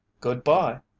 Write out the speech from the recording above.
Good-bye